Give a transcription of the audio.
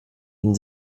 ihn